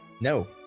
No